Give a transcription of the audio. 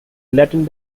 latin